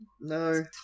No